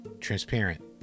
Transparent